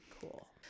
Cool